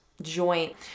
joint